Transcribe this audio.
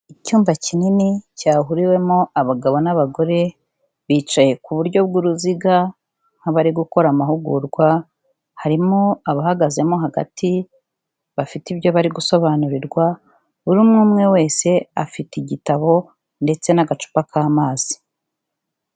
Icyumba kinini cyahuriwemo abagabo n'abagore, bicaye ku buryo bw'uruziga nk'abari gukora amahugurwa, harimo abahagazemo hagati, bafite ibyo bari gusobanurirwa, buri umwe umwe wese, afite igitabo ndetse n'agacupa k'amazi.